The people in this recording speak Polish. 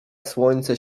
słońce